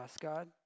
God